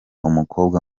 umukobwa